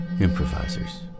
improvisers